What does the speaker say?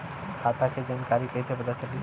खाता के जानकारी कइसे पता चली?